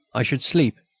i should sleep,